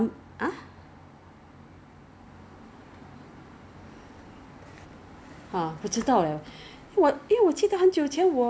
during your birthday month then after that they change until I don't know whether you still have it or not maybe birthday only have extra points which I don't really like it